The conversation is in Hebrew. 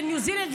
לניו זילנד,